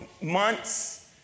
months